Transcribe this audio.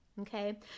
okay